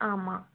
ஆமாம்